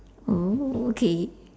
oh okay